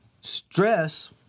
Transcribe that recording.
stress